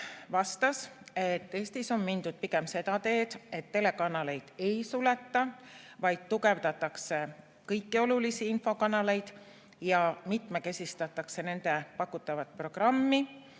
vastas, et Eestis on mindud pigem seda teed, et telekanaleid ei suleta, vaid tugevdatakse kõiki olulisi infokanaleid ja mitmekesistatakse nende pakutavat programmi,